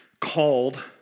Called